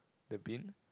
the bin